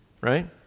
right